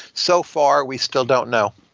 so far, we still don't know